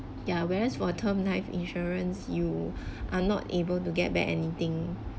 ya whereas for a term life insurance you are not able to get back anything